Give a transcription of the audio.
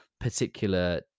particular